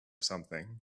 something